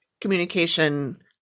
communication